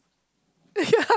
yeah